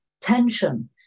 tension